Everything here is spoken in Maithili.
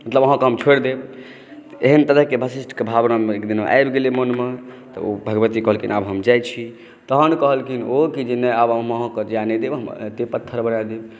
मतलब अहाँके हम छोड़ि देब एहन तरहक वशिष्ठक भावना एकदिन आबि गेलै मोनमे ओ भगवती कहलखिन आब हम जाइ छी तहन कहलखिन ओ की जे नहि हम आब अहाँके जाय नहि देब एतै पत्थर बना देब